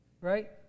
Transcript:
Right